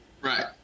Right